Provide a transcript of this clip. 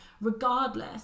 regardless